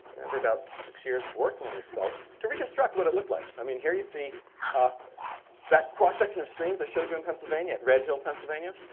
over about six years of working on these sites, to reconstruct what it looked like. i mean, here you see ah that cross section of streams i showed you in pennsylvania, red hill, pennsylvania,